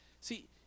See